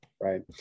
Right